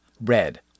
red